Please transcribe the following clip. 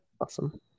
awesome